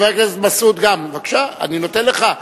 חבר הכנסת מסעוד גם, בבקשה, אני נותן לך.